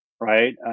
right